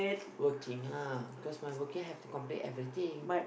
working ah because my working have to complete everything